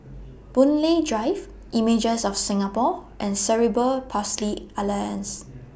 Boon Lay Drive Images of Singapore and Cerebral Palsy Alliance